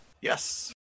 Yes